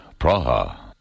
Praha